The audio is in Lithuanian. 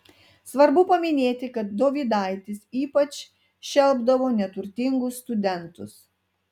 svarbu paminėti kad dovydaitis ypač šelpdavo neturtingus studentus